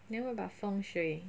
then what about 風水